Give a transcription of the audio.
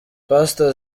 pastor